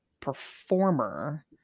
performer